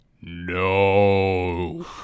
No